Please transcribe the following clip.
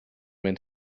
mynd